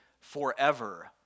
forever